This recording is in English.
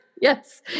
Yes